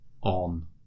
on